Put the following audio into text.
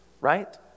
right